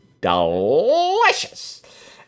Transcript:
delicious